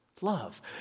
love